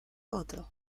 hotel